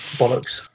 bollocks